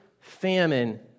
famine